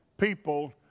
people